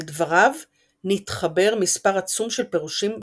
על דבריו נתחבר מספר עצום של פירושים וחיבורים.